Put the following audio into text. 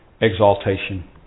exaltation